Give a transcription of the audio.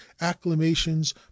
acclamations